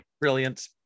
brilliant